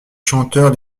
chanteurs